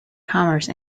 commerce